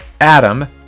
adam